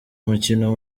umukino